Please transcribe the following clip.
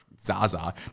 Zaza